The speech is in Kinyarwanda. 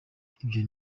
ibyo